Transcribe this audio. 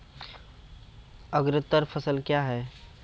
अग्रतर फसल क्या हैं?